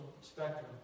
spectrum